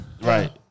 Right